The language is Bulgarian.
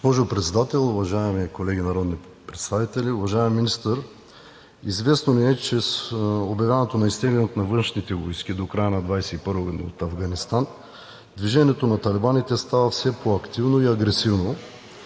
Госпожо Председател, уважаеми колеги народни представители, уважаеми Министър! Известно ни е, че с обявяването на изтеглянето на външните войски до края на 2021 г. от Афганистан движението на талибаните става все по-активно и агресивно.